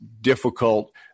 difficult